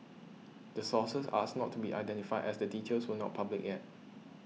the sources asked not to be identified as the details were not public yet